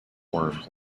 worms